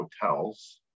hotels